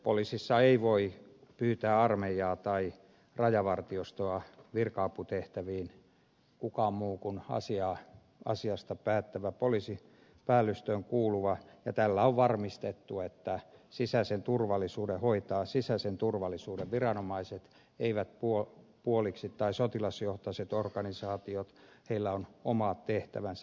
poliisissa ei voi pyytää armeijaa tai rajavartiostoa virka aputehtäviin kukaan muu kuin asiasta päättävä poliisipäällystöön kuuluva ja tällä on varmistettu että sisäisen turvallisuuden hoitavat sisäisen turvallisuuden viranomaiset eivät sotilasjohtoiset organisaatiot heillä on oma tehtävänsä